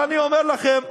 אבל אני אומר לכם,